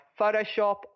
Photoshop